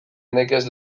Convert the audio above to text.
nekez